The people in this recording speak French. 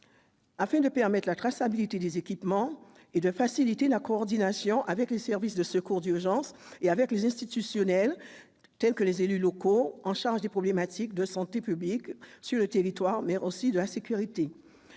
afin de permettre la traçabilité des équipements et de faciliter la coordination avec les services de secours d'urgence et avec les institutionnels, tels que les élus locaux chargés des problématiques de santé publique et de sécurité